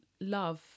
love